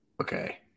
Okay